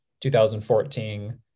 2014